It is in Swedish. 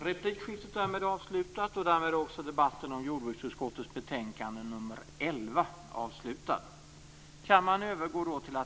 Herr talman!